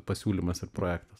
pasiūlymas ir projektas